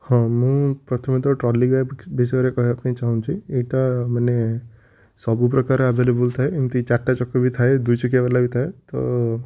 ହଁ ମୁଁ ପ୍ରଥମେ ତ ଟ୍ରଲି ବ୍ୟାଗ୍ ବିଷୟରେ କହିବାପାଇଁ ଚାହୁଁଛି ଏଇଟା ମାନେ ସବୁପ୍ରକାର ଆଭେଲେବୁଲ୍ ଥାଏ ଏମତି ଚାରଟା ଚକ ବି ଥାଏ ଦୁଇ ଚକିଆ ବାଲା ବି ଥାଏ ତ